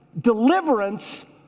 deliverance